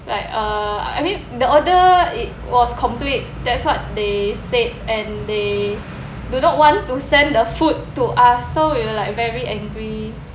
but uh I mean the order it was complete that's what they said and they do not want to send the food to us so we were like very angry